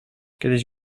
kiedyś